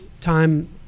time